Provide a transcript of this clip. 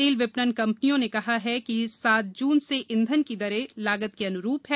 तेल विपणन कंपनियों ने कहा है कि सात जून से ईधन की दरें लागत के अनुरूप है